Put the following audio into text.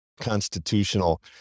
constitutional